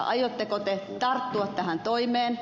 aiotteko te tarttua tähän toimeen